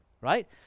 right